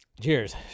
Cheers